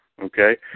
Okay